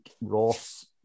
Ross